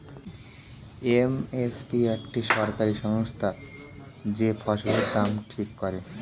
M S P একটি সরকারি সংস্থা যে ফসলের দাম ঠিক করে